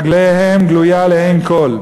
לרגליהם גלויה לעין כול.